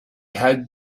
had